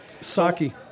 Saki